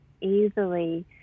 easily